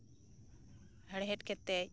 ᱦᱮᱲᱦᱮᱫ ᱠᱟᱛᱮ